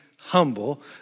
humble